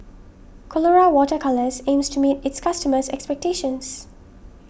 Colora Water Colours aims to meet its customers' expectations